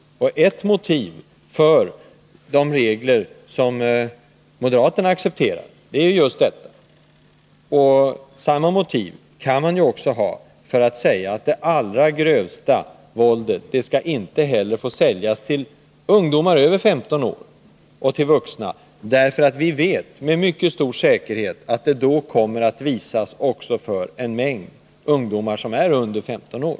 Ett motiv för de regler som moderaterna accepterar är just detta. Samma motiv kan man också ha för att säga att inte heller det allra grövsta våldet skall få säljas till ungdomar över 15 år och till vuxna, eftersom vi med stor säkerhet vet att det då också kommer att visas för en mängd ungdomar som är under 15 år.